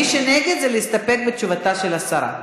מי שנגד, זה להסתפק בתשובתה של השרה.